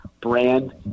brand